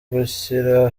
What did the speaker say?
gushyira